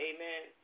Amen